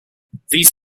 these